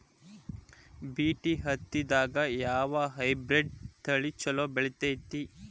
BT ಹತ್ತಿದಾಗ ಯಾವ hybrid ತಳಿ ಛಲೋ ಬೆಳಿತೈತಿ?